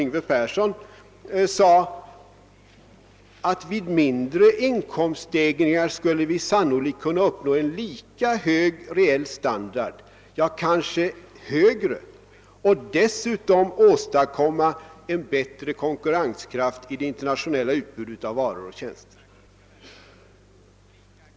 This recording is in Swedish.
Yngve Persson säger, att vid mindre inkomststegringar skulle vi sannolikt kunna uppnå en lika hög reell standard, ja, kanske högre, och dessutom åstadkomma en bättre konkurrenskraft i det internationella utbudet av varor och tjänster.